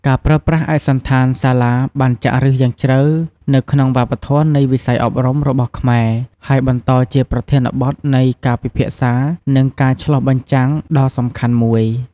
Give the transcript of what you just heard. ការប្រើប្រាស់ឯកសណ្ឋានសាលាបានចាក់ឫសយ៉ាងជ្រៅនៅក្នុងវប្បធម៌នៃវិស័យអប់រំរបស់ខ្មែរ ហើយបន្តជាប្រធានបទនៃការពិភាក្សា និងការឆ្លុះបញ្ចាំងដ៏សំខាន់មួយ។